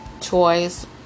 toys